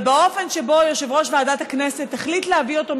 אבל באופן שבו יושב-ראש ועדת הכנסת החליט להביא אותו,